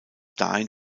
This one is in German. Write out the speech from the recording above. dahin